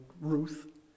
Ruth